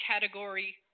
category